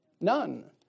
None